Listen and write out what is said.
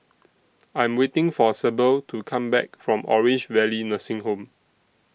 I Am waiting For Sable to Come Back from Orange Valley Nursing Home